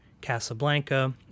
Casablanca